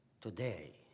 today